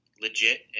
legit